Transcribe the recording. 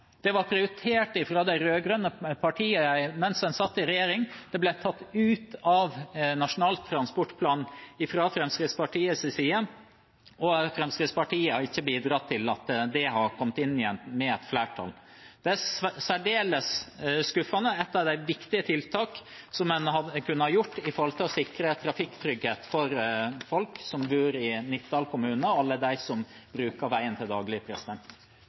fra Fremskrittspartiets side, og Fremskrittspartiet har ikke bidratt til at det har kommet inn igjen med et flertall. Det er særdeles skuffende. Det er et av de viktige tiltakene en kunne ha gjort for å sikre trafikktrygghet for folk som bor i Nittedal kommune, og alle dem som bruker veien til daglig.